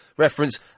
Reference